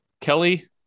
Kelly